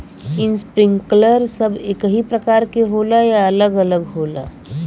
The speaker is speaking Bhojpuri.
इस्प्रिंकलर सब एकही प्रकार के होला या अलग अलग होला?